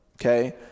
Okay